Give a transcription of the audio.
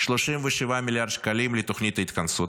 37 מיליארד שקלים לתוכנית ההתכנסות,